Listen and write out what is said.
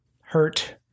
hurt